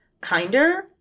kinder